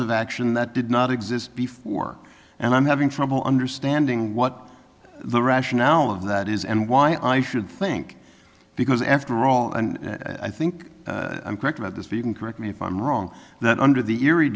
of action that did not before and i'm having trouble understanding what the rationale of that is and why i should think because after all and i think i'm correct about this you can correct me if i'm wrong that under the erie